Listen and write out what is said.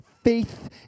faith